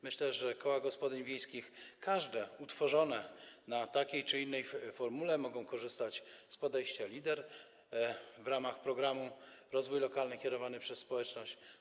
Myślę, że koła gospodyń wiejskich, wszystkie, utworzone w takiej czy innej formule, mogą korzystać z podejścia Leader w ramach programu „Rozwój lokalny kierowany przez społeczność”